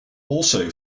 also